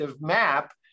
map